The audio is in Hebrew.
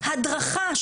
הדרכה,